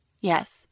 Yes